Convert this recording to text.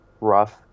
rough